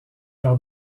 par